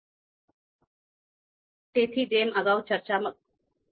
આ તે છે જેને આપણે અઉટ રેન્કિંગ શાળાના વિચારના સંદર્ભમાં પસંદગીની સમસ્યા તરીકે ઓળખીએ છીએ